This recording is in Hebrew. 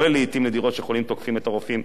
לעתים נדירות שחולים תוקפים את הרופאים,